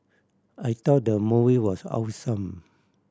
I thought the movie was awesome